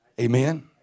Amen